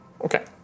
Okay